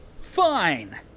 fine